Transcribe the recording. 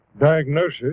diagnosis